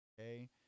okay